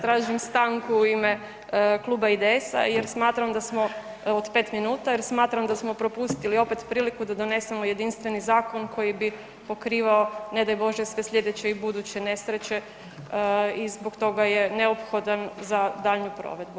Tražim stanku u ime Kluba IDS-a jer smatram da smo, od 5 minuta, jer smatram da smo propustili opet priliku da donesemo jedinstveni zakon koji bi pokrivao, ne daj Bože, sve slijedeće i buduće nesreće i zbog toga je neophodan za daljnju provedbu.